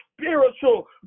spiritual